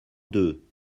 deux